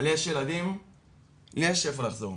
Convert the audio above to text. לי יש איפה לחזור,